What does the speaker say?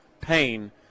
pain